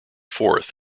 fourth